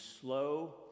slow